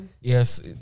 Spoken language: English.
Yes